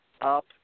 up